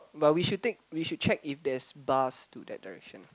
but we should take we should check if there's bus to that direction